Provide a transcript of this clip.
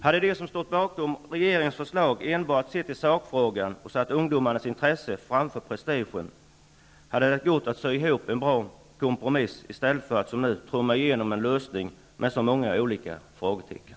Hade de som står bakom regeringens förslag enbart sett till sakfrågan och satt ungdomarnas intresse framför prestigen, hade det gått att sy ihop en bra kompromiss, i stället för att som nu trumma igenom en lösning med så många frågetecken.